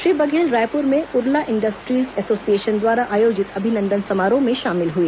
श्री बघेल रायपुर में Urla industries association द्वारा आयोजित अभिनंदन समारोह में शामिल हुए